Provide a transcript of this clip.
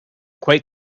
quite